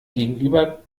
gegenüber